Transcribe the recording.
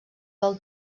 del